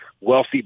wealthy